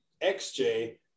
XJ